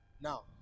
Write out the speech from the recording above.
Now